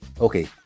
Okay